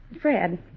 Fred